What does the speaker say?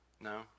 No